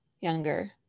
Younger